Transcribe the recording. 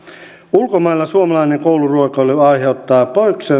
ulkomailla suomalainen kouluruokailu aiheuttaa